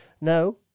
No